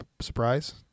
surprise